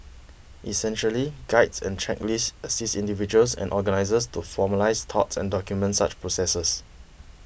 essentially guides and checklist assist individuals and organisers to formalise thoughts and documents such processes